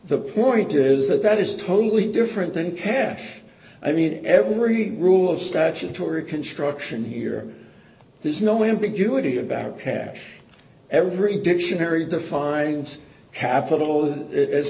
the point is that that is totally different than cash i mean every rule of statutory construction here there's no ambiguity about cash every dictionary defines capital as